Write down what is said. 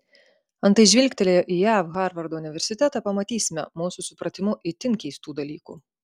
antai žvilgtelėję į jav harvardo universitetą pamatysime mūsų supratimu itin keistų dalykų